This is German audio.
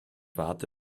warte